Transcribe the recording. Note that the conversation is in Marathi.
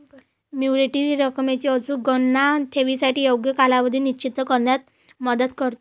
मॅच्युरिटी रकमेची अचूक गणना ठेवीसाठी योग्य कालावधी निश्चित करण्यात मदत करते